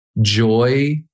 joy